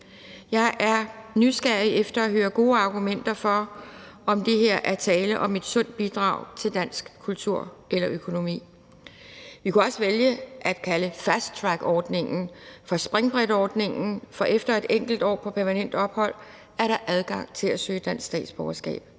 Jeg er nysgerrig efter at høre gode argumenter for, om der her er tale om et sundt bidrag til dansk kultur eller økonomi. Vi kunne også vælge at kalde fasttrackordningen for springbrætordningen, for efter et enkelt år på permanent ophold er der adgang til at søge dansk statsborgerskab.